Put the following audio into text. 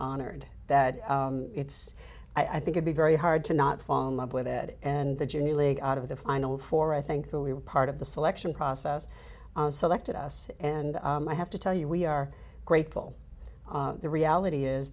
honored that it's i think i'd be very hard to not fall in love with it and the junior league out of the final four i think that we were part of the selection process selected us and i have to tell you we are grateful the reality is